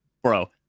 Bro